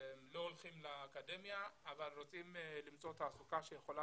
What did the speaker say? לא הולכים לאקדמיה אבל רוצים למצוא תעסוקה שיכולה